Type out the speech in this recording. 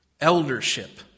eldership